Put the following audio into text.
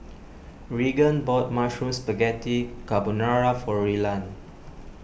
Reagan bought Mushroom Spaghetti Carbonara for Rylan